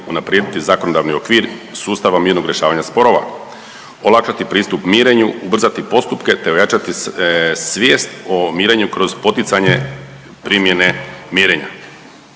unaprijediti zakonodavni okvir sustava mirnog rješavanja sporova, olakšati pristup mirenju, ubrzati postupke te ojačati svijest o mirenju kroz poticanje primjene mirenja.